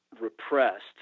repressed